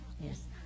Yes